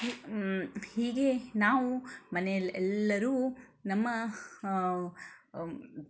ಹೀಗೆ ನಾವು ಮನೆಯಲ್ಲಿ ಎಲ್ಲರೂ ನಮ್ಮ